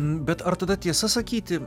bet ar tada tiesa sakyti